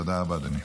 תודה רבה, אדוני.